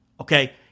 Okay